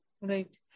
Right